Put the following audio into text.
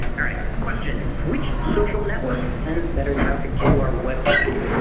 right, yeah question and which social network sends better traffic to our website?